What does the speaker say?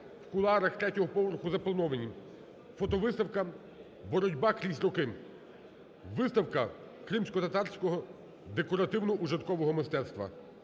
в кулуарах 3 поверху заплановані фотовиставка "Боротьба крізь роки". Виставка кримськотатарського декоративно-ужиткового мистецтва